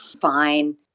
fine